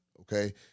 okay